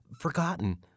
forgotten